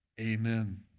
Amen